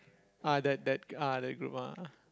ah that that ah that group ah